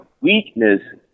weakness